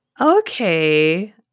Okay